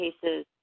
cases